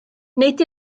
nid